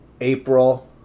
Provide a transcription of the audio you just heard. April